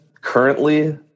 currently